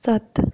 सत्त